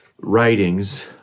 writings